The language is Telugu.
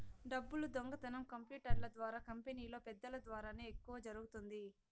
డబ్బులు దొంగతనం కంప్యూటర్ల ద్వారా కంపెనీలో పెద్దల ద్వారానే ఎక్కువ జరుగుతుంది